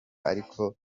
ariko